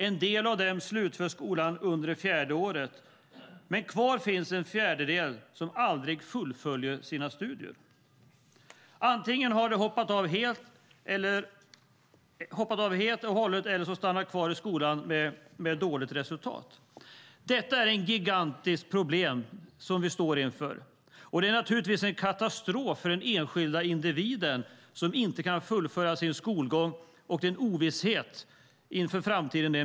En del av dem slutför skolan under det fjärde året. Men kvar finns en fjärdedel som aldrig fullföljer sina studier. Antingen har de hoppat av helt och hållet eller stannat kvar i skolan med dåligt resultat. Detta är ett gigantiskt problem som vi står inför. Det är naturligtvis en katastrof för den enskilde individen som inte kan fullgöra sin skolgång, och det medför en ovisshet inför framtiden.